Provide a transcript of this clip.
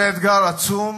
זה אתגר עצום